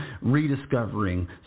rediscovering